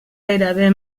gairebé